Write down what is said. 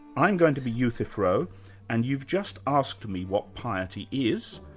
i'm going to be euthyphro and you've just asked me what piety is,